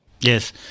Yes